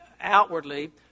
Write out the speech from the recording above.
outwardly